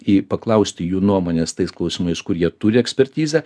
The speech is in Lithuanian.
į paklausti jų nuomonės tais klausimais kur jie turi ekspertizę